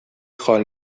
خال